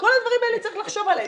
כל הדברים האלה צריך לחשוב עליהם.